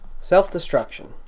Self-Destruction